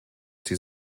die